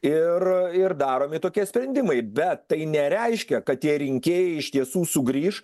ir ir daromi tokie sprendimai bet tai nereiškia kad tie rinkėjai iš tiesų sugrįš